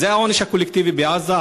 זה העונש הקולקטיבי בעזה.